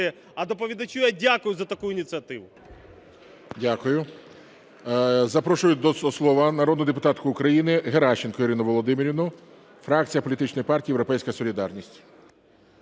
А доповідачу я дякую за таку ініціативу. ГОЛОВУЮЧИЙ. Дякую. Запрошую до слова народну депутатку України Геращенко Ірину Володимирівну, фракція політичної партії "Європейська солідарність".